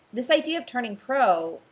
this idea of turning pro,